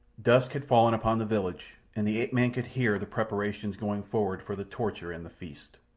dusk had fallen upon the village, and the ape-man could hear the preparations going forward for the torture and the feast.